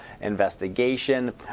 investigation